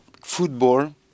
football